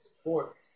sports